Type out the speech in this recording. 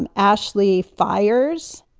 and ashley fires,